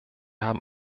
haben